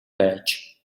байж